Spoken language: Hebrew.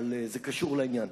אבל זה קשור לעניין.